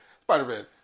Spider-Man